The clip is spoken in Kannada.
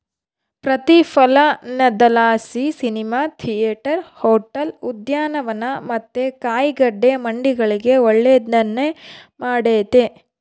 ಪ್ರತಿಫಲನದಲಾಸಿ ಸಿನಿಮಾ ಥಿಯೇಟರ್, ಹೋಟೆಲ್, ಉದ್ಯಾನವನ ಮತ್ತೆ ಕಾಯಿಗಡ್ಡೆ ಮಂಡಿಗಳಿಗೆ ಒಳ್ಳೆದ್ನ ಮಾಡೆತೆ